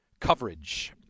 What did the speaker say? coverage